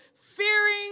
fearing